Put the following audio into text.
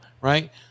right